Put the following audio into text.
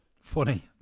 funny